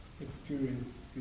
experience